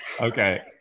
Okay